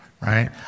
right